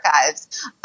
Archives